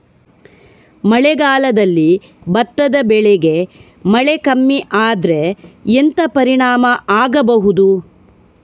ಮಳೆಗಾಲದಲ್ಲಿ ಭತ್ತದ ಬೆಳೆಗೆ ಮಳೆ ಕಮ್ಮಿ ಆದ್ರೆ ಎಂತ ಪರಿಣಾಮ ಆಗಬಹುದು?